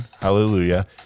hallelujah